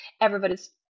Everybody's